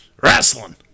wrestling